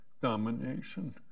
domination